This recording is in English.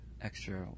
extra